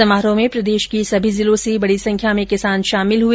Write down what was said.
समारोह में प्रदेश के सभी जिलों से बड़ी संख्या में किसान शामिल हुए